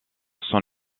son